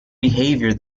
behavior